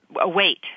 await